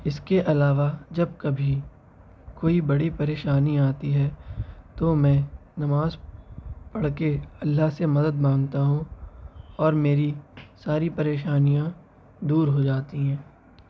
اس کے علاوہ جب کبھی کوئی بڑی پریشانی آتی ہیں تو میں نماز پڑھ کے اللہ سے مدد مانگتا ہوں اور میری ساری پریشانیاں دور ہو جاتی ہیں